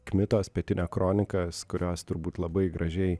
kmitos pietinia kronikas kurios turbūt labai gražiai